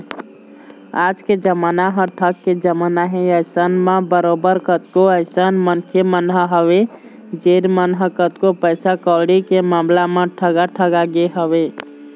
आज के जमाना ह ठग के जमाना हे अइसन म बरोबर कतको अइसन मनखे मन ह हवय जेन मन ह कतको पइसा कउड़ी के मामला म ठगा ठगा गे हवँय